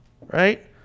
right